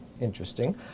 Interesting